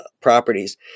properties